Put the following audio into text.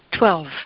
Twelve